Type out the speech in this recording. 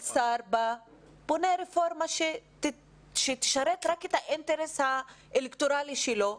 בונה רפורמה שתשרת רק את האינטרס האלקטורלי שלו.